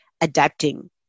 adapting